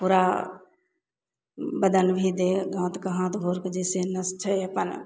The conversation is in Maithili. पूरा बदन भी देह हाथ गोरके जैसे नस छै अपन